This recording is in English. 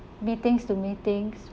meetings to meetings